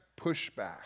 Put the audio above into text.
pushback